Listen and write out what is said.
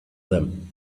them